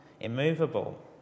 immovable